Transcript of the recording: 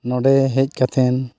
ᱱᱚᱰᱮ ᱦᱮᱡ ᱠᱟᱛᱮᱫ